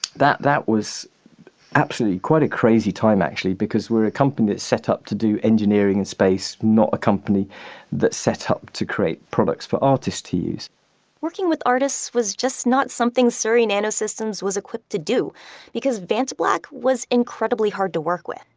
that that was absolutely quite a crazy time actually because we're a company that's set up to do engineering and space, not a company that's set up to create products for artists to use working with artists was just not something surrey nanosystems was equipped to do because vantablack was incredibly hard to work with.